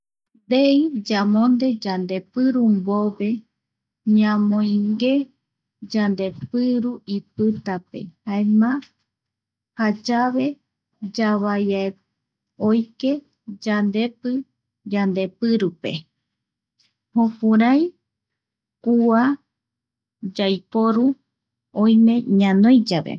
Ndei yamonde yande piru mbove. Yamoingué yandepiru ipitape jaema jayave yavai a oike yandepi yandepirupe jukura, i kua, yaiporu oime ñanoi yave.